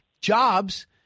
jobs